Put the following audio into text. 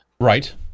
Right